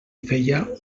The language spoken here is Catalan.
feia